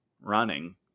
running